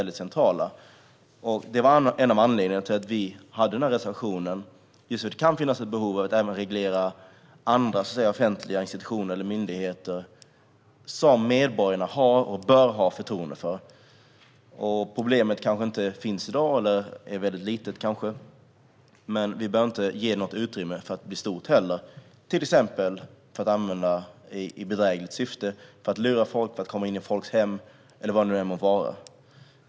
Detta är en av anledningarna till att vi skrev reservationen: Det kan finnas ett behov av att även reglera andra offentliga institutioner eller myndigheter som medborgarna har, och bör ha, förtroende för. Problemet kanske inte finns eller är väldigt litet i dag, men vi bör inte heller ge något utrymme för att det ska bli stort. Det kan till exempel användas i bedrägligt syfte, för att lura folk, för att komma in i folks hem eller vad det nu må vara.